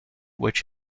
which